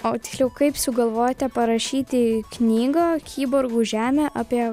o tiksliau kaip sugalvojote parašyti knygą kiborgų žemė apie